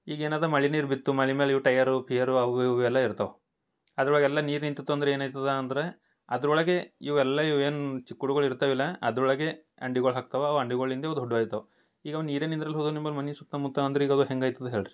ಈಗ ಏನದು ಮಳೆ ನೀರು ಬಿತ್ತು ಮಳೆ ಮ್ಯಾಲ ಇವು ಟೈಯರು ಪಿಯರು ಅವು ಇವು ಎಲ್ಲ ಇರ್ತಾವು ಅದರೊಳಗೆಲ್ಲ ನೀರು ನಿಂತಿತ್ತು ಅಂದ್ರ ಏನು ಆಯ್ತದ ಅಂದರೆ ಅದೊರಳಗೆ ಇವು ಎಲ್ಲ ಇವು ಏನು ಚಿಕ್ಕುಳುಗಳು ಇರ್ತಾವಿಲ್ಲ ಅದರೊಳಗೆ ಅಂಡಿಗುಳ್ ಹಾಕ್ತಾವ ಅವು ಅಂಡಿಗುಳಿಂದ ಇವು ದೊಡ್ಡುವ ಆಯ್ತಾವು ಈಗ ಅವು ನೀರಿನ ನಿಂದಿರ್ಲ ಹೋದರ ನಿಂಬಲ್ ಮನೆ ಸುತ್ತಮುತ್ತ ಅಂದ್ರ ಈಗ ಅದು ಹೆಂಗಾಯ್ತದ ಹೇಳಿ ರೀ